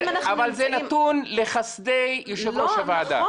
אבל זה נתון לחסדי יושב-ראש הוועדה.